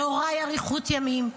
להוריי אריכות ימים,